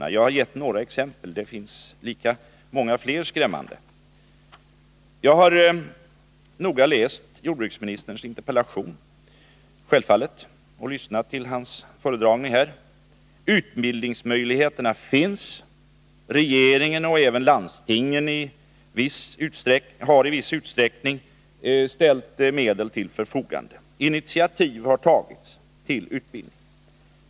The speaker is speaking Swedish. Jag har bara gett några exempel, det finns många fler lika skrämmande. Jag har självfallet noga läst jordbruksministerns interpellationssvar och lyssnat till hans föredragning här. Utbildningsmöjligheterna finns. Regeringen, och i viss utsträckning även landstingen, har ställt medel till förfogande. Initiativ har tagits till utbildning.